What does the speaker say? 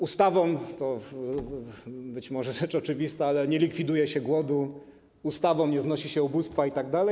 Ustawą, być może to rzecz oczywista, ale nie likwiduje się głodu, ustawą nie znosi się ubóstwa itd.